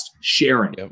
sharing